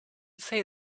say